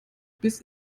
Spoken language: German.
bis